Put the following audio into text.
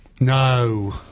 No